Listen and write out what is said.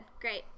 Great